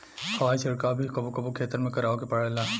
हवाई छिड़काव भी कबो कबो खेतन में करावे के पड़ेला